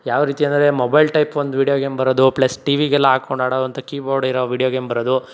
ಯಾವ ರೀತಿ ಅಂದರೆ ಮೊಬೈಲ್ ಟೈಪ್ ಒಂದು ವೀಡಿಯೋ ಗೇಮ್ ಬರೋದು ಪ್ಲಸ್ ಟಿವಿಗೆಲ್ಲ ಹಾಕೊಂಡು ಆಡುವಂಥ ಕೀ ಬೋರ್ಡ್ ಇರೋ ವೀಡಿಯೋ ಗೇಮ್ ಬರೋದು